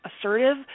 assertive